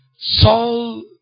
Saul